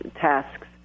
tasks